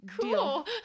cool